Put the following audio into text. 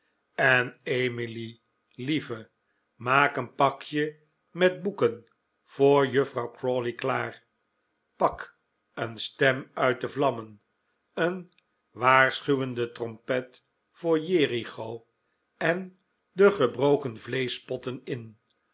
en emily lieve maak een pakje met boeken voor juffrouw crawley klaar pak een stem uit de vlammen een waarschuwende trompet voor jericho en de gebroken vleeschpotten in